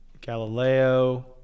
Galileo